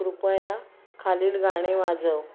कृपया खालील गाणे वाजव